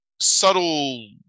subtle